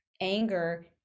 anger